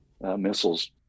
missiles